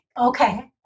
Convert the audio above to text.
Okay